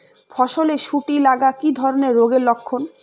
ফসলে শুটি লাগা কি ধরনের রোগের লক্ষণ?